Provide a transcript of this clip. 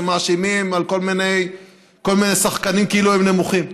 שכל מיני שחקנים מאשימים כאילו הם נמוכים.